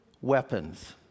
weapons